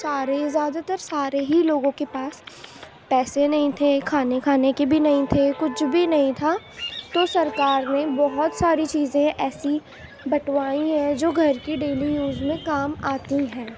سارے ہی زیادہ تر سارے ہی لوگوں کے پاس پیسے نہیں تھے کھانے کھانے کے بھی نہیں تھے کچھ بھی نہیں تھا تو سرکار نے بہت ساری چیزیں ایسی بٹوائی ہیں جو گھر کی ڈیلی یوز میں کام آتی ہیں